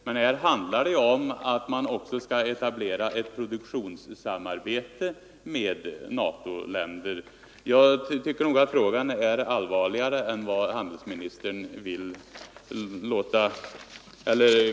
Men här handlar det ju om att man också skall etablera ett produktionssamarbete med NATO 19 länder, och jag menar att frågan är allvarligare än vad handelsministern vill anse.